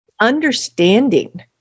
understanding